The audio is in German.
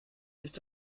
ist